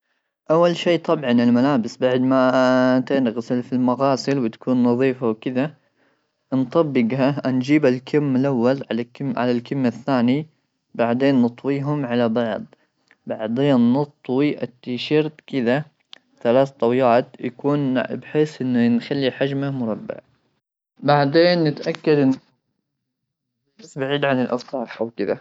اول شيء طبعا الملابس بعد ما تغسل في المغاسل وتكون نظيفه وكذا نطبقها نجيب الكم الاول على الكلمه الثانيه ,بعدين نطويهم على بعض بعدين نطوي التيشيرت كذا ثلاث طويات يكون بحيث انه نخلي حجمه مربع بعدين نتاكد ان شاء الله بعيد عن الاوساخ او كد.